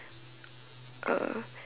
uh